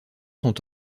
sont